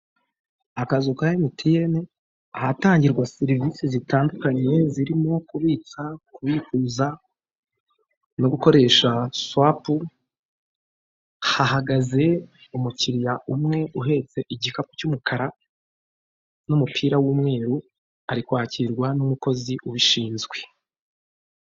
Akazu ka MTN, ahatangirwa serivisi zitandukanye zirimo kubitsa, kubikuza no gukoresha swapu, hahagaze umukiriya umwe uhetse igikapu cy'umukara n'umupira w'umweru, ari kwakirwa n'umukozi ubishinzwe.